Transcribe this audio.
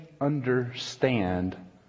understand